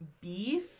beef